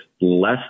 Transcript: less